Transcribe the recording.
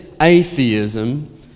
atheism